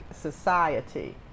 society